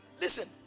Listen